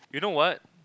you know what